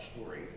story